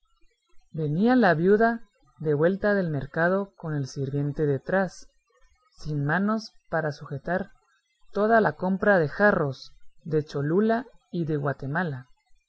venía la viuda de vuelta del mercado con el sirviente detrás sin manos para sujetar toda la compra de jarros de cholula y de guatemala